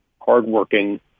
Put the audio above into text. hardworking